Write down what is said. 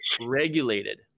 regulated